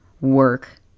work